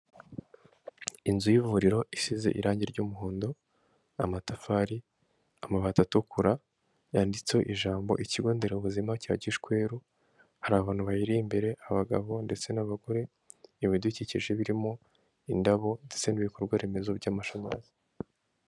Inzu y'ivuriro isize irange ry'umuhondo, amatafari, amabati atukura, yanditseho ijambo Ikigo Nderabuzima cya Gishweru, hari abantu bayiri imbere abagabo ndetse n'abagore, ibidukikije birimo indabo ndetse n'ibikorwa remezo by'amashanyarazi.